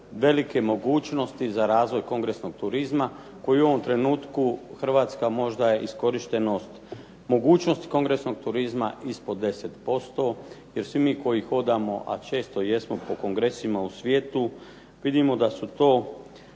velike mogućnosti za razvoj kongresnog turizma, koji u ovom trenutku Hrvatska možda iskorištenost mogućnost kongresnog turizma ispod 10%. Jer svi mi koji hodamo, a često jesmo po kongresima u svijetu, vidimo da su to